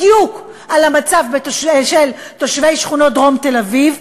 בדיוק על המצב של תושבי שכונות דרום תל-אביב,